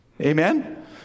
Amen